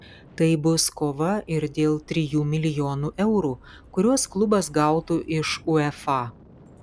tai bus kova ir dėl trijų milijonų eurų kuriuos klubas gautų iš uefa